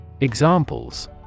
Examples